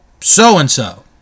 so-and-so